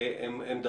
האם אתה